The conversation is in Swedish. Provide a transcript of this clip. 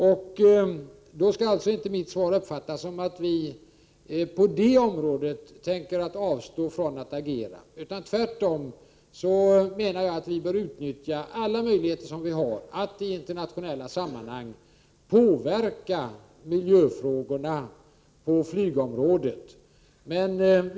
Mitt svar skall inte uppfattas så att vi på det området tänker avstå från att agera. Tvärtom anser jag att vi bör utnyttja alla våra möjligheter att i internationella sammanhang påverka miljöfrågorna på flygområdet.